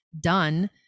done